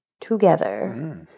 together